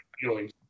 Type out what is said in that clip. feelings